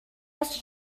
ist